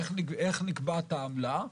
איך נקבעת העמלה?